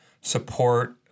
support